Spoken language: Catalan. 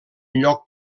lloc